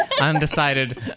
Undecided